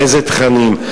איזה תכנים,